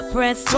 Press